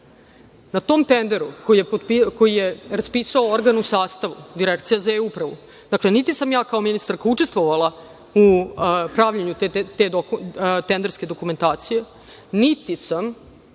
Na tom tenderu je, koji je raspisao organ u sastavu Direkcija za E-upravu, dakle, niti sam ja kao ministarka učestvovala u pravljenju te tenderske dokumentacije, niti sam